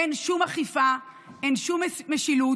אין שום אכיפה, אין שום משילות.